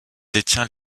détient